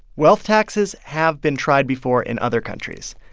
wealth taxes have been tried before in other countries.